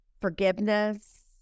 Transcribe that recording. forgiveness